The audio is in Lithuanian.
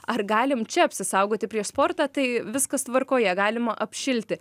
ar galim čia apsisaugoti prieš sportą tai viskas tvarkoje galima apšilti